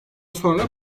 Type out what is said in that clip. sonra